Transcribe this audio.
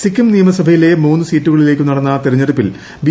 സിക്കിം നിയമസഭയിലെ മൂന്ന് സീറ്റുകളിലേക്ക് നടന്ന തെരഞ്ഞെടുപ്പിൽ ബി